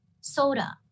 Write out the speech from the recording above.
Soda